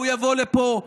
הוא יבוא לפה,